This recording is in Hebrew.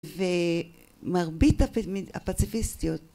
ומרבית הפציפיסטיות.